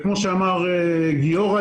כמו שאמר גיורא,